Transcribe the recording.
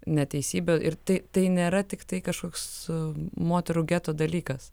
neteisybę ir tai tai nėra tiktai kažkoks moterų geto dalykas